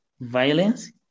violence